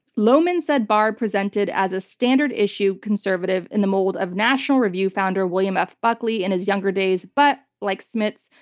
lohman said barr presented as a standard issue conservative, in the mold of national review founder, william f. buckley in his younger days. but, like smith,